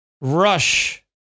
Rush